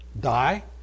die